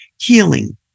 healing